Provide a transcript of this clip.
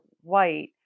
white